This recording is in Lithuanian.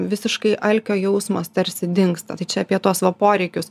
visiškai alkio jausmas tarsi dingsta tai čia apie tuos va poreikius